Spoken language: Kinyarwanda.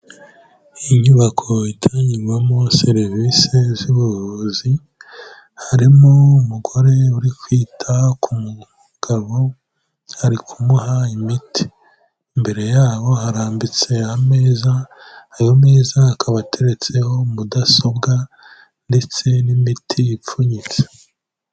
Inyubako itangirwawemo serivisi z'ubuvuzi harimo umugore uri kwita ku mugabo, ari kumuha imiti, imbere yabo harambitse ameza, ayo meza akaba ateretseho mudasobwa ndetse n'imiti ipfunyitse.